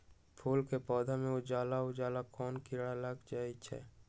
फूल के पौधा में उजला उजला कोन किरा लग जई छइ?